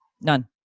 none